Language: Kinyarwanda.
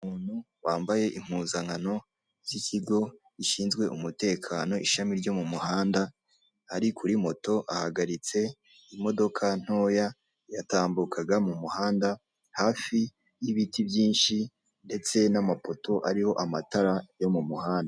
Umuntu wambaye impuzankano z'ikigo gishinzwe umutekano ishami ryo mu muhanda ari kuri moto ahagaritse imodoka ntoya yatambukaga mu muhanda hafi y'ibiti byinshi ndetse n'amapoto ariho amatara yo mu muhanda.